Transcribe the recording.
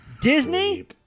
Disney